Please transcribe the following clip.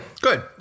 Good